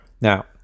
Now